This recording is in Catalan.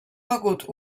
begut